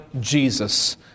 Jesus